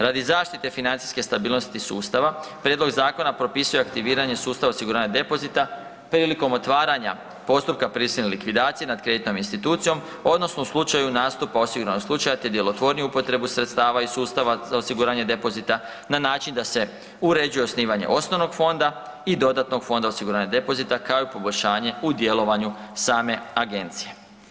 Radi zaštite financijske stabilnosti sustava prijedlog zakona propisuje aktiviranje sustava osiguranja depozita prilikom otvaranja postupka prisilne likvidacije nad kreditnom institucijom odnosno u slučaju nastupa osiguranog slučaja te djelotvorniju upotrebu sredstava i sustava za osiguranje depozita na način da se uređuje osnivanje osnovnog fonda i dodatnog fonda osiguranja depozita kao i poboljšanje u djelovanju same agencije.